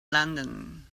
london